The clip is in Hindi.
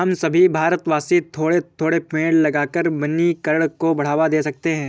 हम सभी भारतवासी थोड़े थोड़े पेड़ लगाकर वनीकरण को बढ़ावा दे सकते हैं